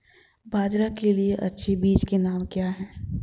बाजरा के लिए अच्छे बीजों के नाम क्या हैं?